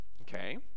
Okay